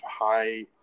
high